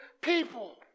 people